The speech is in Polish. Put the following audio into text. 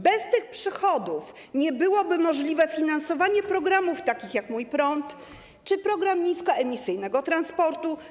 Bez tych przychodów nie byłoby możliwe finansowanie programów takich jak program „Mój prąd” czy program niskoemisyjnego transportu.